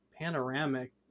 Panoramic